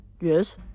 Yes